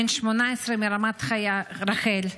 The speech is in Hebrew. בן 18 מרמת רחל,